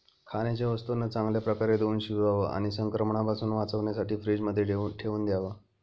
खाण्याच्या वस्तूंना चांगल्या प्रकारे धुवुन शिजवावं आणि संक्रमणापासून वाचण्यासाठी फ्रीजमध्ये ठेवून द्याव